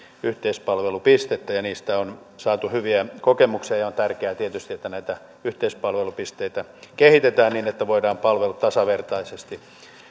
yhteispalvelupistettä ja niistä on saatu hyviä kokemuksia ja on tietysti tärkeää että näitä yhteispalvelupisteitä kehitetään niin että voidaan palvelut tasavertaisesti